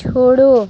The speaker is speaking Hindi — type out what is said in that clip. छोड़ो